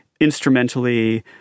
instrumentally